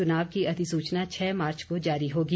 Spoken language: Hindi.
चुनाव की अधिसूचना छह मार्च को जारी होगी